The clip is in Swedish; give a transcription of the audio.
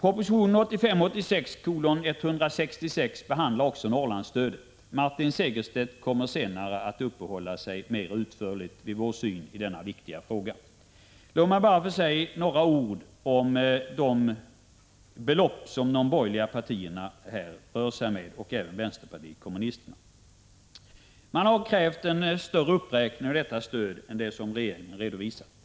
proposition 1985/86:166 behandlas också Norrlandsstödet. Martin Segerstedt kommer senare att uppehålla sig mera utförligt vid vår syn på denna viktiga fråga. Låt mig bara få säga några ord om de belopp som de borgerliga partierna och även vänsterpartiet kommunisterna här rör sig med. De har krävt en större uppräkning av detta stöd än den som regeringen redovisar.